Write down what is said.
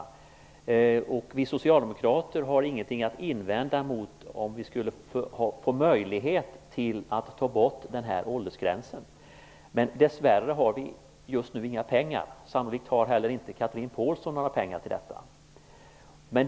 Vi socialdemokrater har inget att invända mot att få möjlighet att ta bort den här åldersgränsen. Dess värre har vi just nu inga pengar. Sannolikt har inte heller Chatrine Pålsson några pengar till detta.